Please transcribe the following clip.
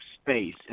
space